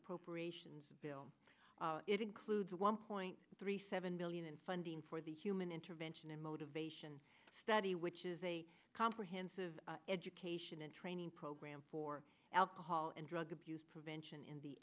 appropriations bill it includes one point three seven billion in funding for the human intervention and motivation study which is a comprehensive education and training program for alcohol and drug abuse prevention in the